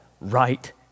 right